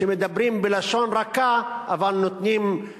שמדברים בלשון רכה אבל נותנים,